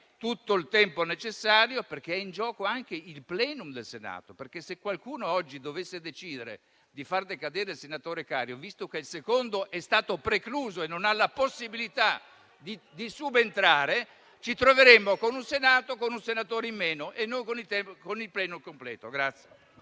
tutto il tempo necessario, perché è in gioco anche il *plenum* del Senato. Se qualcuno oggi dovesse decidere di far decadere il senatore Cario, visto che il secondo è stato precluso e non ha la possibilità di subentrare, ci troveremmo con un senatore in meno e con il *plenum* non al